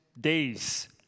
days